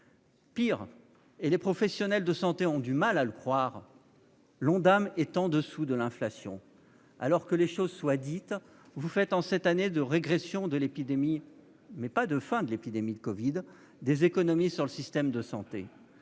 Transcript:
Pis- les professionnels de santé ont du mal à le croire -, l'Ondam est au-dessous de l'inflation. Que les choses soient dites : en cette année de régression de l'épidémie, mais pas de fin de l'épidémie de covid-19, vous faites des économies sur le système de santé.